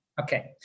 Okay